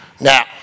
Now